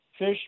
Fish